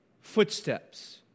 footsteps